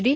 D